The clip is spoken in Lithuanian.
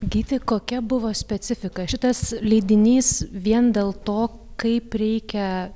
gyti kokia buvo specifika šitas leidinys vien dėl to kaip reikia